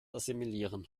assimilieren